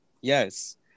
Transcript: yes